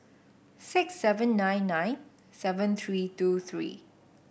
six seven nine nine seven three two three